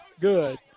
Good